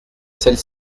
celle